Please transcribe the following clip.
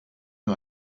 nur